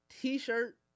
t-shirt